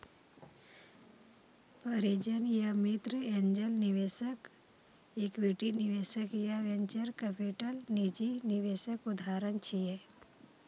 परिजन या मित्र, एंजेल निवेशक, इक्विटी निवेशक आ वेंचर कैपिटल निजी निवेशक उदाहरण छियै